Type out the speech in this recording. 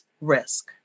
risk